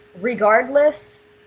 regardless